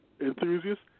enthusiasts